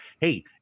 hey